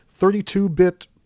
32-bit